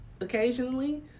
occasionally